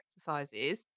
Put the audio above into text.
exercises